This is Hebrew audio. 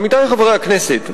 עמיתי חברי הכנסת,